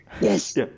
yes